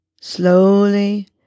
slowly